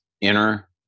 inner